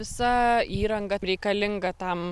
visa įranga reikalinga tam